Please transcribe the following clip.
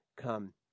come